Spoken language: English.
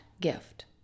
gift